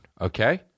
Okay